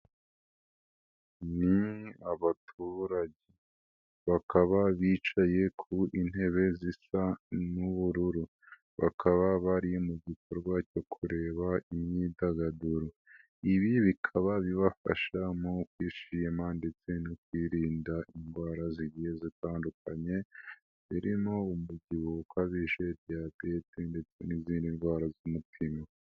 Ni abaturage bakaba bicaye ku intebe zisa n'ubururu. Bakaba bari mu gikorwa cyo kureba imyidagaduro. Ibi bikaba bibafasha mu kwishima ndetse no kwirinda indwara zgiye zitandukanye zirimo umubyibuho ukabije, diyabeti ndetse n'izindi ndwara z'umutima.